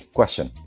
Question